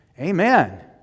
Amen